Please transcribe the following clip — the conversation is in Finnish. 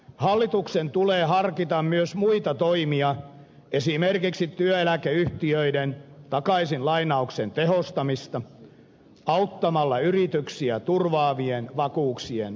hallituksen tulee harkita myös muita toimia esimerkiksi työeläkeyhtiöiden takaisinlainauksen tehostamista auttamalla yrityksiä turvaavien vakuuksien saamisessa